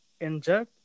injured